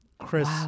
Chris